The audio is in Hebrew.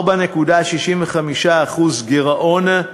4.65% גירעון,